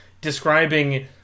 describing